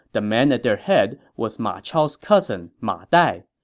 the man at their head was ma chao's cousin ma dai.